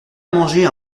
manger